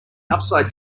upside